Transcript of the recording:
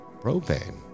Propane